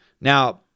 Now